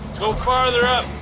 go farther up.